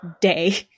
day